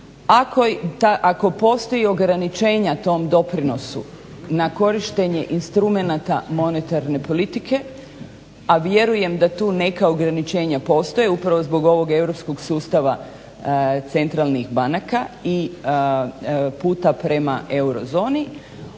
Ako postoji ograničenja tom doprinosu na korištenje instrumenata monetarne politike, a vjerujem da tu neka ograničenja postoje upravo zbog ovog europskog sustava centralnih banaka i puta prema eurozoni,